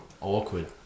awkward